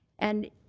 and,